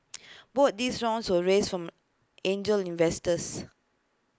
both these rounds were raised from angel investors